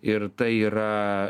ir tai yra